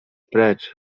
precz